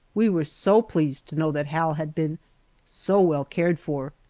we were so pleased to know that hal had been so well cared for.